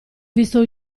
visto